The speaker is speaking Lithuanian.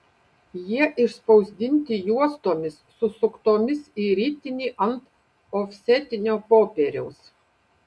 jie išspausdinti juostomis susuktomis į ritinį ant ofsetinio popieriaus